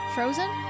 Frozen